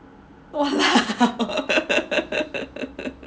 !walao!